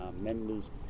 members